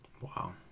Wow